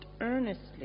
earnestly